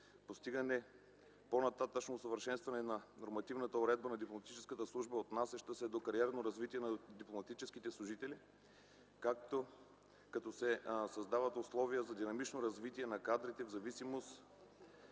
постигане по-нататъшното усъвършенстване на нормативната уредба на дипломатическата служба, отнасяща се до кариерното развитие на дипломатическите служители, като се създадат условия за динамично развитие на кадрите в зависимост